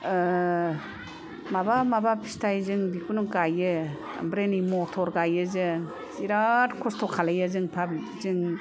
ओह माबा माबा फिथाइ जों बेखौनो गाइयो ओमफ्राय नै मटर गाइयो जों बिराथ खस्थ' खालायो जों पाब्लिक जों